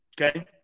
Okay